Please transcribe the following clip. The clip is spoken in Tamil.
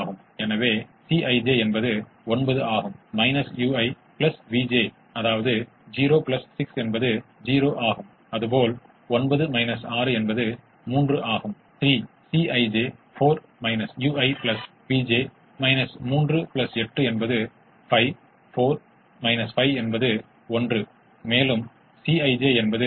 ஆகவே உகந்த தீர்வுகளை முதன்மை மற்றும் இரட்டை ஆகியவற்றுடன் தொடர்புபடுத்த முயற்சிக்கும் முதல் படியாக உகந்த அளவுகோல் தேற்றம் உள்ளது